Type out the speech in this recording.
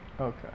Okay